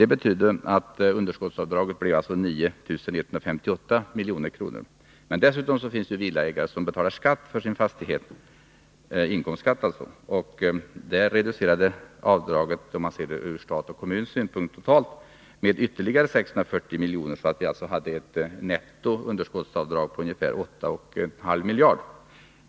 Det betyder att de sammanlagda underskottsavdragen uppgick till 9 158 milj.kr. Dessutom finns det villaägare som betalar inkomstskatt för sin fastighet. Den skatten reducerade avdraget — sett ur statens och kommunens synvinkel — med ytterligare 640 milj.kr., så att vi hade ett netto i underskottsavdragen med ungefär 8 500 milj.kr.